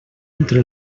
entre